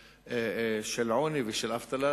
של עוני ושל אבטלה,